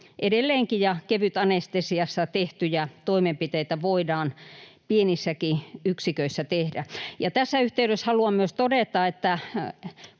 edelleenkin, ja kevytanestesiassa tehtyjä toimenpiteitä voidaan pienissäkin yksiköissä tehdä. Tässä yhteydessä haluan myös todeta,